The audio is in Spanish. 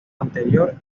anterior